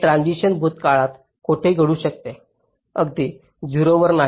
हे ट्रान्सिशन्स भूतकाळात कोठेही घडू शकते अगदी 0 वर नाही